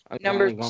number